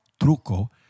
truco